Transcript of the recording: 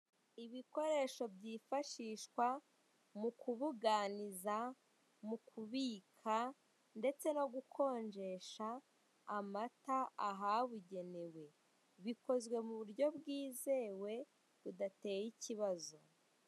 Ibikoresho byifashishwa mu kubuganiza, mu kubika ndetse no gukonjesha amata ahabugenewe bikozwe mu buryo bwizewe budateye ikibazo.